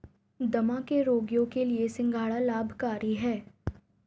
दमा के रोगियों के लिए सिंघाड़ा लाभकारी है